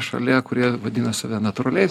šalia kurie vadina save natūraliais